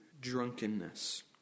drunkenness